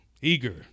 eager